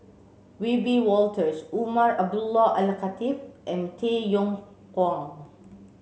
Wiebe Wolters Umar Abdullah Al Khatib and Tay Yong Kwang